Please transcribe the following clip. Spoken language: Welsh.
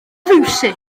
fiwsig